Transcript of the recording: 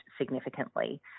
significantly